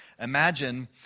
imagine